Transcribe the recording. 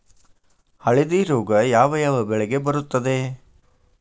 ಹಳದಿ ರೋಗ ಯಾವ ಯಾವ ಬೆಳೆಗೆ ಬರುತ್ತದೆ?